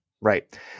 Right